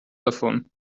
davon